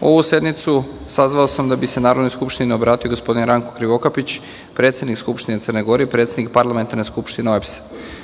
Ovu posebnu sednicu sazvao sam da bi se Narodnoj skupštini obratio gospodin Ranko Krivokapić, predsednik Skupštine Crne Gore i predsednik Parlamentarne skupštine OEBS–a.Čast